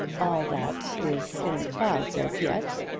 all that is in the clouds as yet.